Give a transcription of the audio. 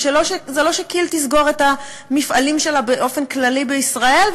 זה לא שכי"ל תסגור את המפעלים שלה באופן כללי בישראל,